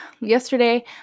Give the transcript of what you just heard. yesterday